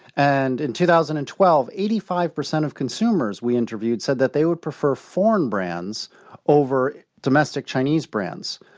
and in two thousand and twelve, eighty five percent of consumers we interviewed said that they would prefer foreign brands over domestic chinese brands.